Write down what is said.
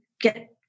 get